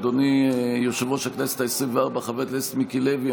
אדוני יושב-ראש הכנסת העשרים-וארבע חבר הכנסת מיקי לוי,